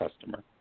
customer